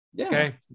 okay